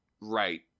right